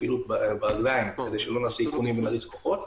ברגליים כדי שלא נעשה איכונים ונעשה כוחות.